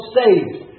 saved